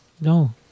no